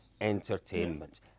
Entertainment